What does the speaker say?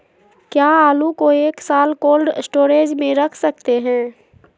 क्या आलू को एक साल कोल्ड स्टोरेज में रख सकते हैं?